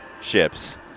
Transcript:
ships